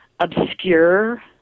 obscure